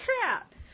crap